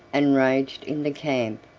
and raged in the camp,